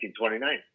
1929